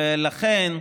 ולכן,